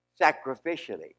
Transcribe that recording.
sacrificially